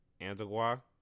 Antigua